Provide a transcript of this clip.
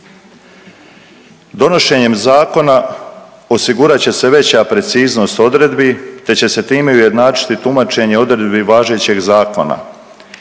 Donošenjem zakona osigurat će se veća preciznost odredbi, te će se time ujednačiti tumačenje odredbi važećeg zakona,